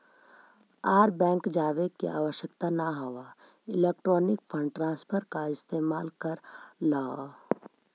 आर bank जावे के आवश्यकता न हवअ इलेक्ट्रॉनिक फंड ट्रांसफर का इस्तेमाल कर लअ